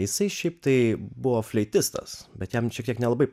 jisai šiaip tai buvo fleitistas bet jam šiek tiek nelabai